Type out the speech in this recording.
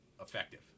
effective